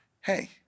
Hey